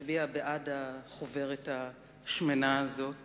להצביע בעד החוברת השמנה הזאת